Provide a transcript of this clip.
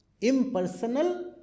Impersonal